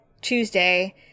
Tuesday